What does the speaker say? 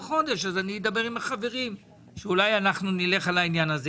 אני אדבר עם החברים ואולי נלך על העניין הזה,